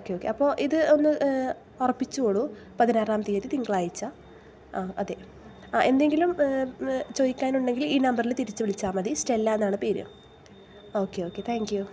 okay okay അപ്പോൾ ഇത് ഒന്ന് ഉറപ്പിച്ചു കൊള്ളു പതിനാറാം തീയതി തിങ്കളാഴ്ച് ആ അതെ എന്തെങ്കിലും ചോദിക്കാനുണ്ടെങ്കിൽ ഈ നമ്പറില് തിരിച്ച് വിളിച്ചാൽ മത് സ്റ്റെല്ല എന്നാണ് പേര് ഓക്കേ ഓക്കേ താങ്ക് യു